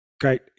great